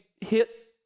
hit